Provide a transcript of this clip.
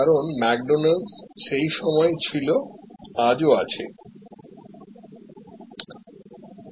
কারণ ম্যাকডোনাল্ডস সেই সময় ছিল আজও আছে"